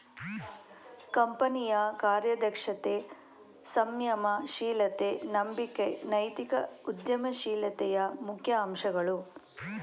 ಕಂಪನಿಯ ಕಾರ್ಯದಕ್ಷತೆ, ಸಂಯಮ ಶೀಲತೆ, ನಂಬಿಕೆ ನೈತಿಕ ಉದ್ಯಮ ಶೀಲತೆಯ ಮುಖ್ಯ ಅಂಶಗಳು